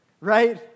right